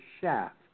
shaft